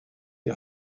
die